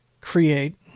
create